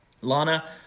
Lana